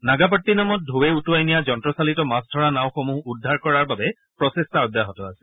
নাগাপট্টিনমত টৌৱে উটুৱাই নিয়া যন্ত্ৰচালিত মাছ ধৰা নাওসমূহ উদ্ধাৰ কৰাৰ বাবে প্ৰচেষ্টা অব্যাহত আছে